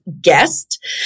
guest